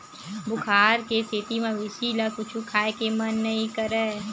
बुखार के सेती मवेशी ल कुछु खाए के मन नइ करय